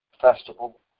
festival